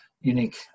unique